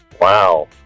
wow